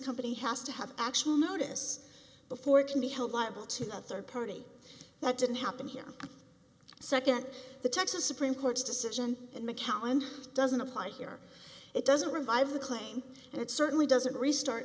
company has to have actual notice before it can be held liable to the third party that didn't happen here second the texas supreme court's decision in macao and doesn't apply here it doesn't revive the claim and it certainly doesn't restart